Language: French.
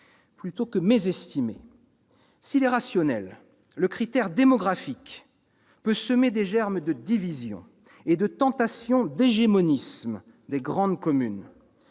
plutôt que mésestimé. S'il est rationnel, le critère démographique peut semer des germes de division et de tentation d'hégémonisme des grandes communes.